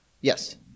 Yes